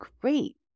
great